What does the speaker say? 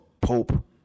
pope